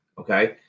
okay